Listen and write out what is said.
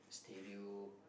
stereo